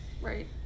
Right